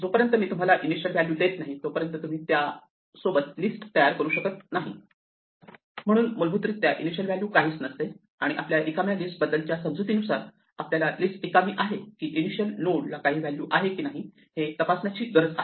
जोपर्यंत मी तुम्हाला इनिशियल व्हॅल्यू देत नाही तोपर्यंत तुम्ही त्या सोबत लिस्ट तयार करू शकत नाही म्हणून मुलभूतरित्या इनिशियल व्हॅल्यू काहीच नसते आणि आपल्या रिकाम्या लिस्ट बद्दलच्या समजुतीनुसार आपल्याला लिस्ट रिकामी आहे की इनिशियल नोड ला काही व्हॅल्यू आहे की नाही हे तपासण्याची गरज आहे